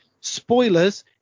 Spoilers